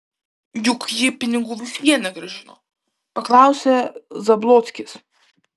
juk ji pinigų vis vien negrąžino paklausė zablockis